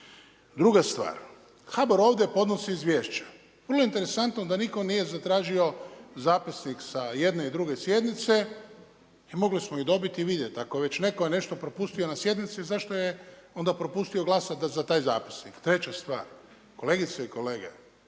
Druga stvar. HBOR ovdje podnosi izvješća. Vrlo interesantno da nitko nije zatražio zapisnik sa jedne i druge sjednice i mogli smo dobit i vidjet. Ako je već netko nešto propustio na sjednici zašto je onda propustio glasati za taj zapisnik. Treća stvar, kolegice i kolege,